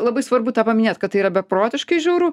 labai svarbu paminėt kad tai yra beprotiškai žiauru